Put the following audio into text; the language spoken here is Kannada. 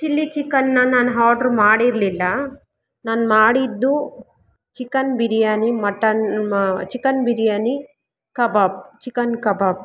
ಚಿಲ್ಲಿ ಚಿಕನ್ ನಾ ನಾನು ಹಾರ್ಡರ್ ಮಾಡಿರಲಿಲ್ಲ ನಾನು ಮಾಡಿದ್ದು chicken biryani mutton chicken biryani kebab chicken ಕಬಾಬ್